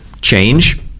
change